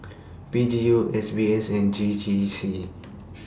P G U S B S and J J C